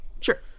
Sure